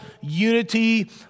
unity